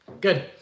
good